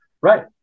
right